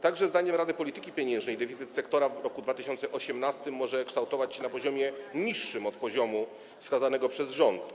Także zdaniem Rady Polityki Pieniężnej deficyt sektora w roku 2018 może kształtować się na poziomie niższym od poziomu wskazanego przez rząd.